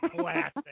classic